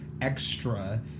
extra